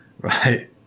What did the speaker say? right